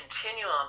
continuum